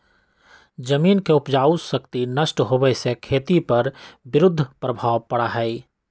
जमीन के उपजाऊ शक्ति नष्ट होवे से खेती पर विरुद्ध प्रभाव पड़ा हई